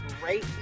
great